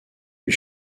lui